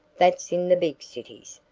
that's in the big cities,